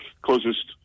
closest